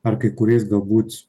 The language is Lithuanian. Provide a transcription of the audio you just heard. ar kai kuriais galbūt